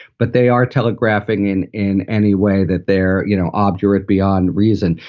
but they are telegraphing in in any way that they're, you know, obdurate beyond reason.